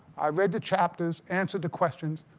i read the chapters, answered the questions,